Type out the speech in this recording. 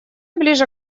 ближе